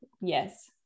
yes